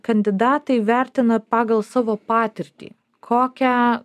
kandidatai vertina pagal savo patirtį kokią